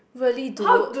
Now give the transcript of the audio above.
really don't